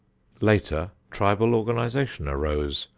later tribal organization arose,